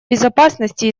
безопасности